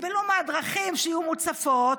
יסבלו מהדרכים שיהיו מוצפות,